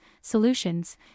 solutions